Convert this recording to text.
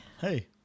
Hey